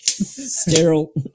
Sterile